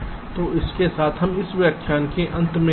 तो इसके साथ हम इस व्याख्यान के अंत में आते हैं